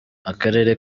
akarere